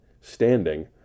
Standing